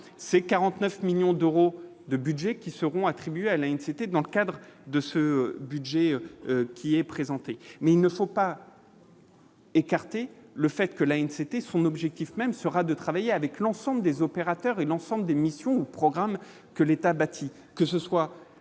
c'est 49 millions d'euros de budget qui seront attribués à la cité, dans le cadre de ce budget, qui est présenté, mais il ne faut pas. écarté le fait que l'Inde, c'était son objectif même sera de travailler avec l'ensemble des opérateurs et l'ensemble des missions programmes que l'État bâti, que ce soit